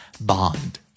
bond